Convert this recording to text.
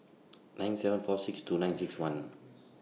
nine seven four six two nine six one